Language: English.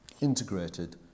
integrated